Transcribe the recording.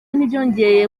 ntibyongeye